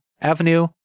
Avenue